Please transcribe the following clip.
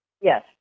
Yes